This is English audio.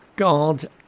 God